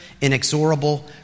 inexorable